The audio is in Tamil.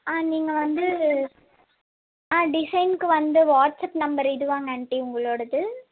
ஆ நீங்கள் வந்து ஆ டிசைனுக்கு வந்து வாட்ஸ்அப் நம்பர் இதுவாங்க ஆண்ட்டி உங்களோடயது